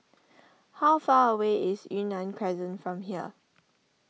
how far away is Yunnan Crescent from here